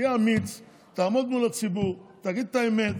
תהיה אמיץ, תעמוד מול הציבור, תגיד את האמת.